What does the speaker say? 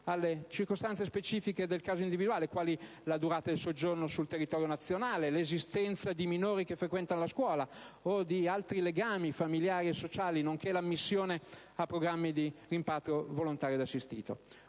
alle circostanze specifiche del caso individuale (quali la durata del soggiorno sul territorio nazionale, l'esistenza di minori che frequentano la scuola o di altri legami familiari e sociali, nonché l'ammissione a programmi di rimpatrio volontario e assistito).